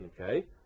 Okay